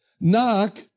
Knock